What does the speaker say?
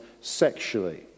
sexually